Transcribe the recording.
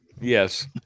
Yes